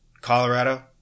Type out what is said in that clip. Colorado